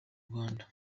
rwanda